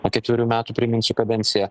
o ketverių metų priminsiu kadencija